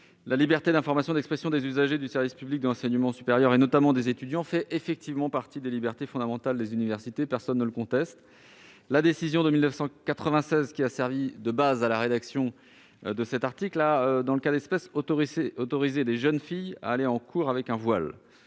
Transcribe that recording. La liberté d'information et d'expression des usagers du service public de l'enseignement supérieur, notamment des étudiants, fait effectivement partie des libertés fondamentales des universités : personne ne le conteste. La décision du Conseil d'État, en 1996, qui a servi de base à la rédaction de cet article, autorisait, en l'espèce, les jeunes filles à aller en cours en portant un voile.